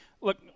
look